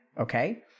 okay